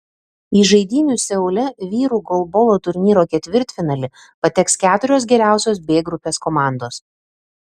į žaidynių seule vyrų golbolo turnyro ketvirtfinalį pateks keturios geriausios b grupės komandos